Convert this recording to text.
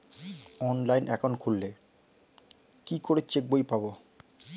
Online account খুললে কি করে চেক বই পাব?